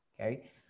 okay